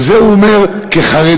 וזה הוא אומר כחרדי.